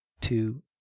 two